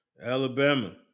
Alabama